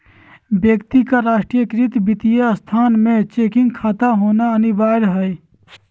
व्यक्ति का राष्ट्रीयकृत वित्तीय संस्थान में चेकिंग खाता होना अनिवार्य हइ